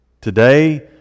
Today